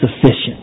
sufficient